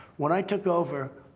when i took over,